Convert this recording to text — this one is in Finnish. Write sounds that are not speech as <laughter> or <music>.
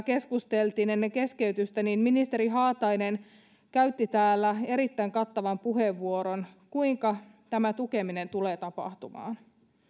<unintelligible> keskusteltiin ennen keskeytystä ministeri haatainen käytti erittäin kattavan puheenvuoron siitä kuinka tämä tukeminen tulee tapahtumaan